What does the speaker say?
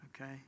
okay